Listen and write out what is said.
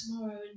tomorrow